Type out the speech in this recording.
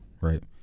Right